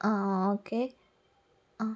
ആ ഓക്കേ ആ